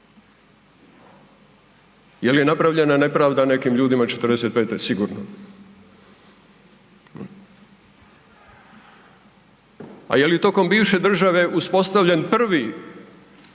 Je li je napravljena nepravda nekim ljudima '45., sigurno, a je li tokom bivše države uspostavljen prvi